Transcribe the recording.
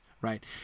Right